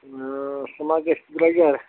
سُہ ما گژھِ درٛۄجَر